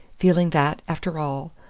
feeling that, after all,